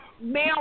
Male